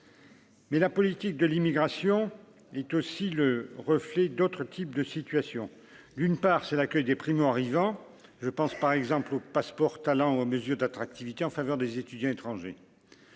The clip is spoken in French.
Mais la politique de l'immigration est aussi le reflet d'autres types de situation : d'une part, c'est l'accueil des primo-arrivants, je pense par exemple au passeport talent au messieurs d'attractivité en faveur des étudiants étrangers,